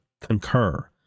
concur